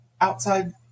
outside